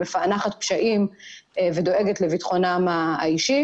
מפענחת פשעים ודואגת לביטחונם האישי,